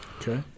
Okay